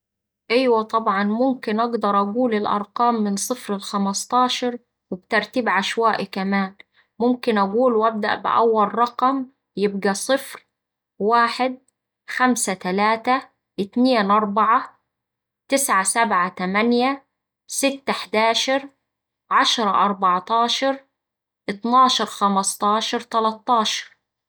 إيوه طبعا ممكن أقدر أقول الأرقام من صفر لخمستاشر وبترتيب عشوائي كمان، ممكن أقول وأبدأ بأول رقم يبقا: صفر واحد خمسة تلاتة اتنين أربعة تسعة سبعة تمانية ستة حداشر عشرة أربعتاشر اتناشر خمستاشر تلاتاشر.